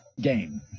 game